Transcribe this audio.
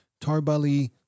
Tarbali